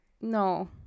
No